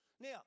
Now